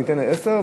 אני אתן עשר,